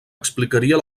explicaria